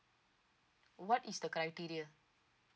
what is the criteria